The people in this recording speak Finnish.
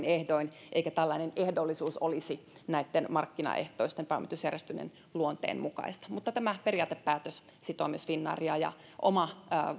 ehdoin eikä tällainen ehdollisuus olisi näitten markkinaehtoisten pääomitusjärjestelyjen luonteen mukaista mutta tämä periaatepäätös sitoo myös finnairia ja oma